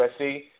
USC